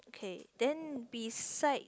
okay then beside they